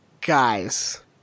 guys